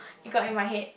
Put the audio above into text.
got in my head